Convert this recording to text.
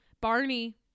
Barney